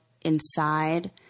inside